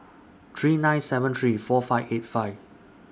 three nine seven three four five eight five